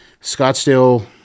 Scottsdale